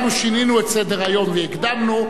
הואיל ואנחנו שינינו את סדר-היום והקדמנו,